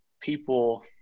people